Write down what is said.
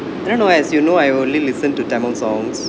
I don't know as you know I only listen to tamil songs